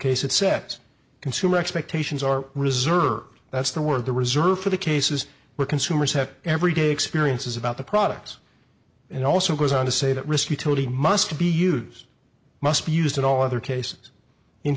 case it sets consumer expectations are reserved that's the word the reserved for the cases where consumers have every day experiences about the products and also goes on to say that risk utility must be use must be used in all other cases in